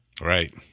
Right